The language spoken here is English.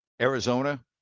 Arizona